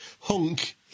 hunk